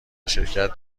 شرکت